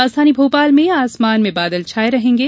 राजधानी भोपाल में आसमान में बादल छाये रहेंगे